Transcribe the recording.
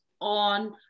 on